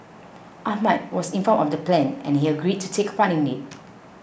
Ahmad was informed of the plan and he agreed to take a part in it